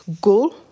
goal